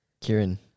Kieran